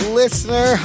listener